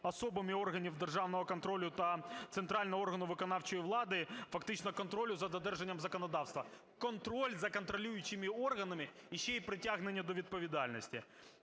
особами органів державного контролю та центрального органу виконавчої влади фактично контролю за додержанням законодавства. Контроль за контролюючими органами, і ще й притягнення до відповідальності.